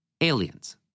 aliens